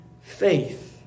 faith